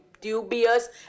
dubious